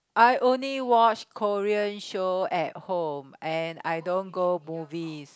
I only watch Korean show at home and I don't go movies